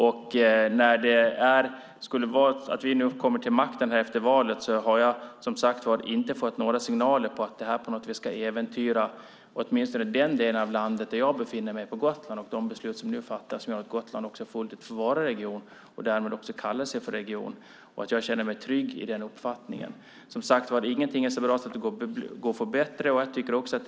Om vi nu kommer till makten efter valet har jag inte fått några signaler på att vi ska äventyra åtminstone den del av landet där jag befinner mig på Gotland och de beslut som nu fattas om att Gotland fullt ut får vara region och kalla sig för region. Jag känner mig trygg i den uppfattningen. Ingenting är så bra att det inte går att göra bättre.